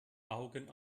augen